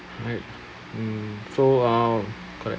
right mm so uh correct